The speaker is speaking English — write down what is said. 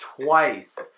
Twice